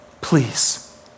Please